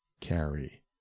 carry